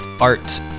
art